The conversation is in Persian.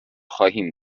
خواهیم